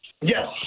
Yes